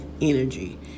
energy